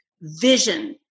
vision